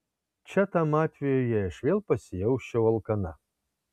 čia tam atvejui jei aš vėl pasijausčiau alkana